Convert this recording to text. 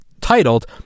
titled